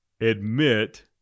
admit